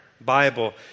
Bible